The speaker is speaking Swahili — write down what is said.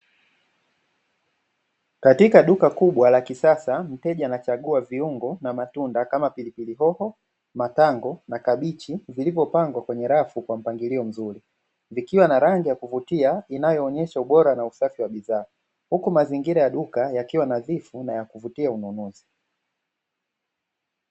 Katika duka kubwa la kisasa, mteja anachagua viungo na matunda kama pilipili hoho, matango na kabichi, vilivyopangwa kwenye rafu kwa mpangilio mzuri. Vikiwa na rangi ya kuvutia inayoonyesha ubora na usafi wa bidhaa, huku mazingira ya duka yakiwa nadhifu na ya kuvutia ununuzi.